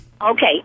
Okay